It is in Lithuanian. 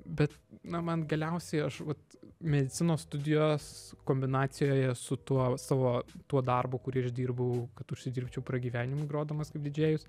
bet na man galiausiai aš vat medicinos studijos kombinacijoje su tuo savo tuo darbu kurį aš dirbau kad užsidirbčiau pragyvenimui grodamas kaip didžėjus